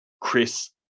Chris